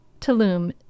Tulum